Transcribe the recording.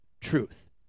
truth